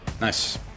Nice